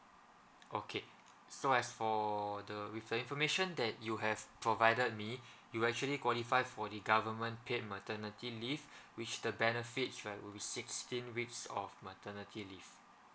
okay so as for the with the information that you have provided me you actually qualify for the government paid maternity leave which the benefits right will be sixteen weeks of maternity leave